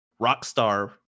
Rockstar